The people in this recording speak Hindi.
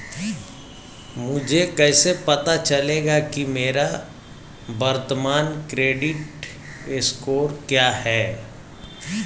मुझे कैसे पता चलेगा कि मेरा वर्तमान क्रेडिट स्कोर क्या है?